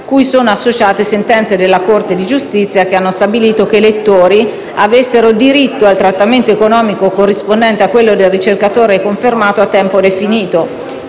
cui sono associate sentenze della Corte di giustizia che hanno stabilito che i lettori avessero diritto al trattamento economico corrispondente a quello del ricercatore confermato a tempo definito,